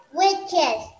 witches